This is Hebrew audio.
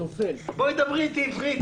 תדברי איתי עברית.